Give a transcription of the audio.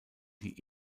die